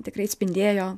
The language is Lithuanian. tikrai atspindėjo